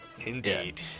Indeed